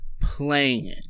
playing